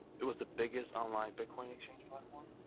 it was the biggest online bitcoin exchange platform